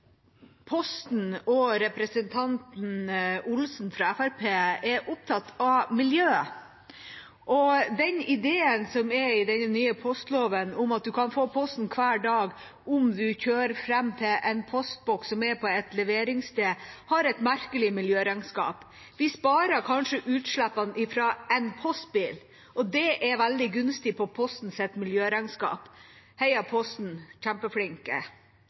Posten og representanten Olsen fra Fremskrittspartiet er opptatt av miljøet. Men ideen i den nye postloven om at man kan få posten hver dag om man kjører fram til en postboks som er på et leveringssted, har et merkelig miljøregnskap. Vi sparer kanskje utslippene fra en postbil, og det er veldig gunstig for postens miljøregnskap – heia, posten, dere er kjempeflinke